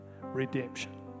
redemption